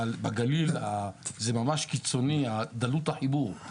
אבל בגליל זה ממש קיצוני, דלות החיבור.